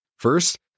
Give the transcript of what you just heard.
First